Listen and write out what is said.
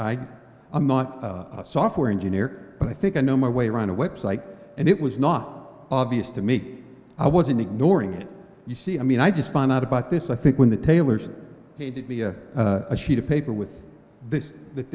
i'm not a software engineer but i think i know my way around a website and it was not obvious to me i was in ignoring it you see i mean i just find out about this i think when the tailors made via a sheet of paper with th